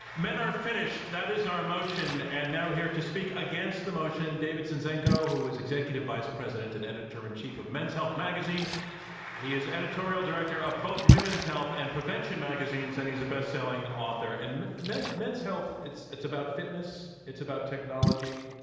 men are finished, that is our motion and now here to speak against the motion, david zinczenko, who is executive vice president and editor in chief of men's health magazine. he is editorial director of both women's health and prevention magazine and he's a bestselling author. and men's health it's it's about fitness, it's about technology,